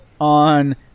on